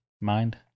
mind